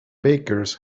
bakers